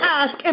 ask